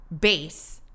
base